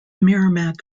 merrimac